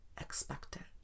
expectant